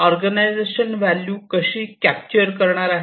organisation value कशी capture करणार आहे